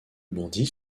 bandit